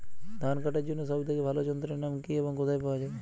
ধান কাটার জন্য সব থেকে ভালো যন্ত্রের নাম কি এবং কোথায় পাওয়া যাবে?